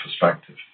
perspective